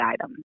items